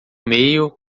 meio